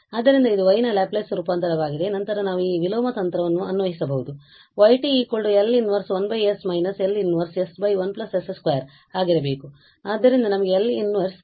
ಆದ್ದರಿಂದ ಇದು y ನ ಲ್ಯಾಪ್ಲೇಸ್ ರೂಪಾಂತರವಾಗಿದೆ ಮತ್ತು ನಂತರ ನಾವು ಈ ವಿಲೋಮ ತಂತ್ರವನ್ನು ಅನ್ವಯಿಸಬಹುದು ಆದ್ದರಿಂದ y L −1 1s − L −1 s 1s 2